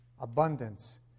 Abundance